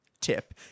Tip